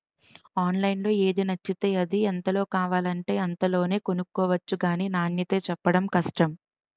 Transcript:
ఆన్లైన్లో ఏది నచ్చితే అది, ఎంతలో కావాలంటే అంతలోనే కొనుక్కొవచ్చు గానీ నాణ్యతే చెప్పడం కష్టం